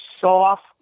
soft